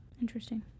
Interesting